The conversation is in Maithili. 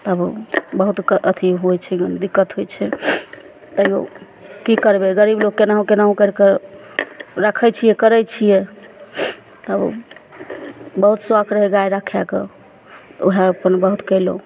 तब बहुत कऽ अथी होइ छै दिक्कत होइ छै तैयो की करबय गरीब लोक केनाहु केनाहु करिकऽ रखय छियै करय छियै तब बहुत शौख रहय गाय रखयके ओएहसँ बहुत कयलहुँ